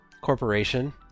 corporation